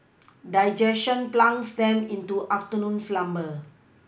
digestion plunges them into afternoon slumber